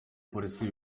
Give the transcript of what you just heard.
police